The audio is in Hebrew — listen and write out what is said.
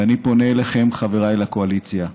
ואני פונה אליכם, חבריי לקואליציה: